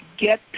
Get